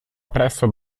presso